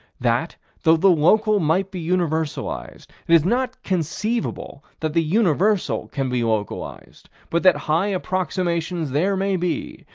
that, though the local might be universalized, it is not conceivable that the universal can be localized but that high approximations there may be,